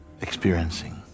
experiencing